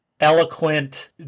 eloquent